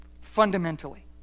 fundamentally